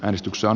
äänestyksen